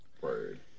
Word